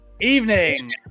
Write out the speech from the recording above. evening